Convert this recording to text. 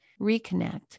reconnect